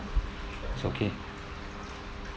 it's okay